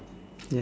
ya